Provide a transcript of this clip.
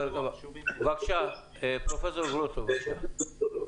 פרופסור גרוטו, בבקשה.